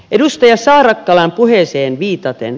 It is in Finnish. edustaja saarakkalan puheeseen viitaten